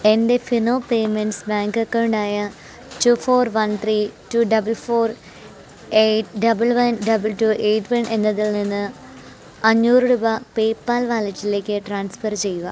എൻ്റെ Fino payments bank അക്കൗണ്ടായ two four one three two double four eight double one double two eight one എന്നതിൽ നിന്ന് അഞ്ഞൂറ് രൂപ പേയ്പാൽ വാലറ്റിലേക്ക് ട്രാൻസ്ഫർ ചെയ്യുക